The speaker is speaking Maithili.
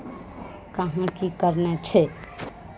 कहाँ की करने छै